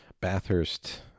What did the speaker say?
Bathurst